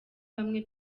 bamwe